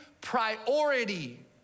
priority